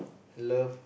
love